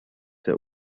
der